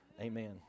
amen